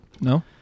no